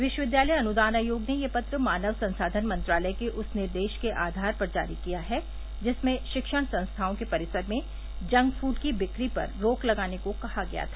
विश्वविद्यालय अनुदान आयोग ने यह पत्र मानव संसाधन मंत्रालय के उस निर्देश के आधार पर जारी किया है जिसमें शिक्षण संस्थाओं के परिसर में जंक फूड की बिक्री पर रोक लगाने को कहा गया था